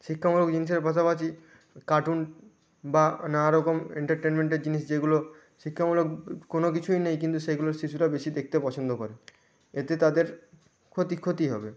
শিক্ষামূলক জিনিসের পাশাপাশি কার্টুন বা নানা রকম এন্টারটেনমেন্টের জিনিস যেগুলো শিক্ষামূলক কোনো কিছুই নেই কিন্তু সেগুলো শিশুরা বেশি দেখতে পছন্দ করে এতে তাদের ক্ষতি ক্ষতি হবে